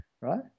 Right